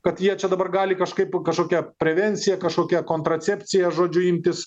kad jie čia dabar gali kažkaip kažkokia prevencija kažkokia kontracepcija žodžiu imtis